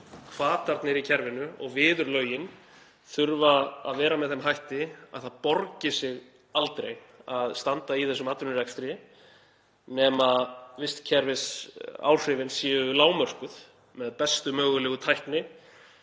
hvatarnir í kerfinu og viðurlögin þurfa að vera með þeim hætti að það borgi sig aldrei að standa í þessum atvinnurekstri nema vistkerfisáhrifin séu lágmörkuð með bestu mögulegu tækni